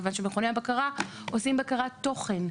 כיוון שמכוני הבקרה עושים בקרת תכן,